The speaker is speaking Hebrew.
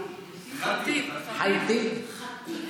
ח'טיב.